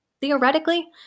Theoretically